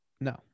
No